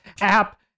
app